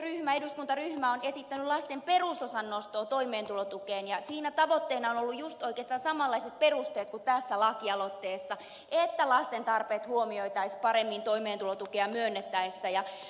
sdpn eduskuntaryhmä on esittänyt lasten perusosan nostoa toimeentulotukeen ja siinä tavoitteena ovat olleet justiin oikeastaan samanlaiset perusteet kuin tässä lakialoitteessa että lasten tarpeet huomioitaisiin paremmin toimeentulotukea myönnettäessä